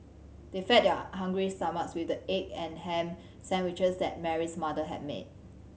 they fed their hungry stomachs with the egg and ham sandwiches that Mary's mother had made